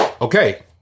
Okay